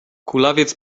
kulawiec